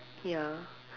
ya